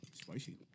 Spicy